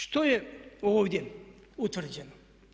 Što je ovdje utvrđeno?